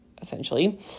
essentially